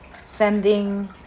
sending